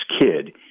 kid